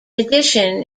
addition